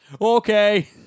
Okay